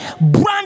Brand